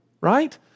right